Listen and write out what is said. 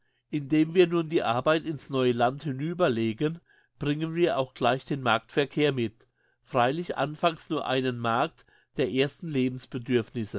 indem wir nun die arbeit in's neue land hinüberlegen bringen wir auch gleich den marktverkehr mit freilich anfangs nur ein markt der ersten